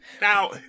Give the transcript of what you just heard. Now